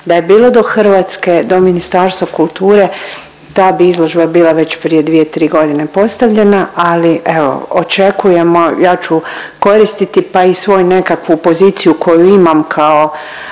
da je bilo do Hrvatske do Ministarstva kulture ta bi izložba bila već prije dvije, tri godine postavljena. Ali evo očekujemo, ja ću koristiti pa i svoju nekakvu poziciju koju imam kao